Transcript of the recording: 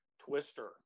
Twister